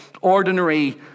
ordinary